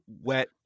wet